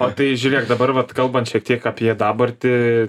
o tai žiūrėk dabar vat kalbant šiek tiek apie dabartį